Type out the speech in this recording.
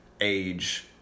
age